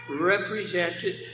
represented